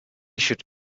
should